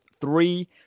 three